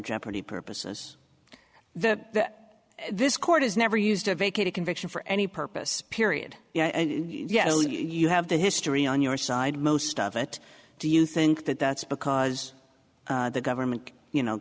jeopardy purposes that this court has never used to vacate a conviction for any purpose period yeah yeah you have the history on your side most of it do you think that that's because the government you know